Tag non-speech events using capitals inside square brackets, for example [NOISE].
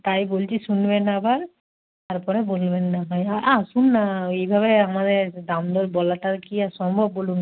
তাই বলছি শুনবেন আবার তারপরে বলবেন না হয় [UNINTELLIGIBLE] আসুন না এইভাবে আমাদের দাম দর বলাটা কি আর সম্ভব বলুন না